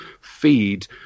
feed